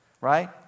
right